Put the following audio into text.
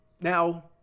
Now